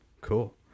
Cool